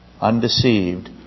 undeceived